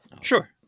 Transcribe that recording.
Sure